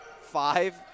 five